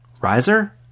Riser